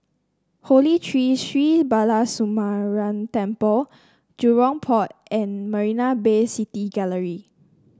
Holy Tree Sri Balasubramaniar Temple Jurong Port and Marina Bay City Gallery